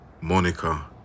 Monica